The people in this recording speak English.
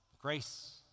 Grace